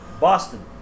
Boston